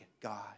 God